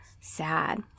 Sad